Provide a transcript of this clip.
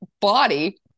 body